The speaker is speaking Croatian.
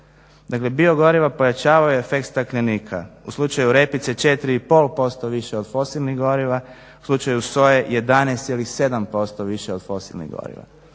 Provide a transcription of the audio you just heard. Dakle biogoriva pojačavaju efekt staklenika. U slučaju repice 4,5% više od fosilnih goriva, u slučaju soje 11,7% više od fosilnih goriva.